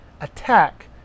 attack